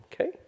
okay